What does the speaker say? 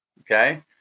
Okay